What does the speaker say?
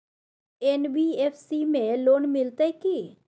NBFC में loan मिलते की?